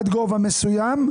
עד גובה מסוים,